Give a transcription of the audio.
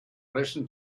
listen